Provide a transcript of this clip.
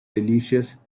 delicious